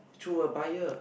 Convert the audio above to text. though a buyer